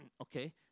okay